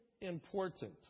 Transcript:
important